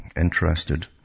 interested